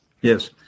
Yes